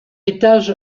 étage